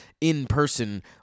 in-person